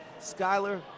Skyler